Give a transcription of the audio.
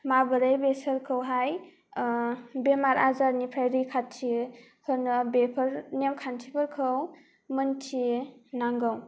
माबोरै बेसोरखौहाय बेमार आजारनिफ्राय रैखाथि होनो बेफोर नेमखान्थिफोरखौ मिन्थि नांगौ